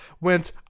went